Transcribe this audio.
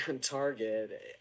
Target